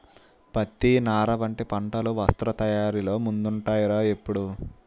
పత్తి, నార వంటి పంటలు వస్త్ర తయారీలో ముందుంటాయ్ రా ఎప్పుడూ